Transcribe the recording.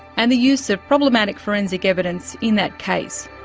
and the use of problematic forensic evidence in that case.